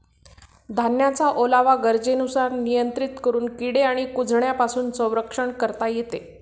धान्याचा ओलावा गरजेनुसार नियंत्रित करून किडे आणि कुजण्यापासून संरक्षण करता येते